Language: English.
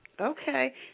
Okay